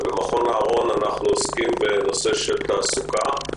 ובמכון אהרון אנחנו עוסקים בנושא של תעסוקה.